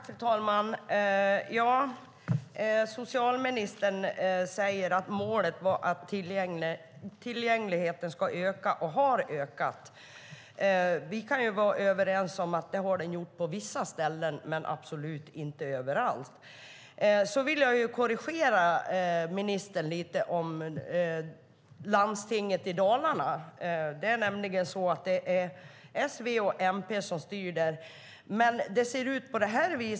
Fru talman! Socialministern säger att målet var att öka tillgängligheten och att tillgängligheten har ökat. Vi kan vara överens om att det har den gjort på vissa ställen, men absolut inte överallt. Jag vill korrigera ministern om Landstinget i Dalarna. Det är S, V och MP som styr där.